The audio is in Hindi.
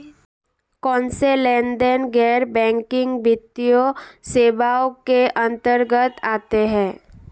कौनसे लेनदेन गैर बैंकिंग वित्तीय सेवाओं के अंतर्गत आते हैं?